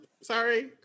Sorry